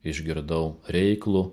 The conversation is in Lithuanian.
išgirdau reiklų